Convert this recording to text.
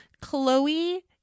Chloe